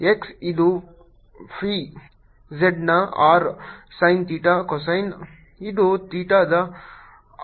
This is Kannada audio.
x ಇದು ಫಿ z ನ ಆರ್ sin ಥೀಟಾ cosine ಇದು ಥೀಟಾದ ಆರ್ cosine ಆಗಿದೆ